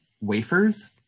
wafers